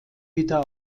wieder